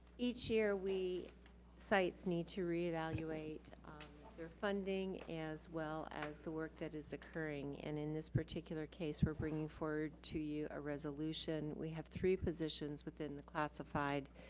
each year, sites need to reevaluate their funding as well as the work that is occurring. in in this particular case, we're bringing forward to you a resolution. we have three positions within the classified